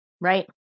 Right